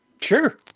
Sure